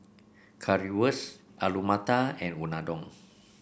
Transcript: Currywurst Alu Matar and Unadon